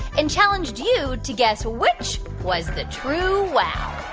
and challenged you to guess which was the true wow.